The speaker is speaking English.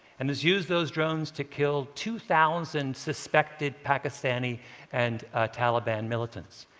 and it's used those drones to kill two thousand suspected pakistani and taliban militants.